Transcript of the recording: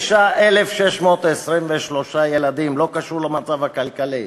449,623 ילדים, לא קשור למצב הכלכלי.